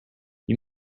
you